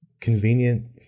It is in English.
convenient